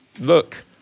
look